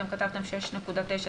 אתם כתבתם 6.9%,